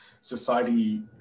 society